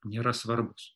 nėra svarbus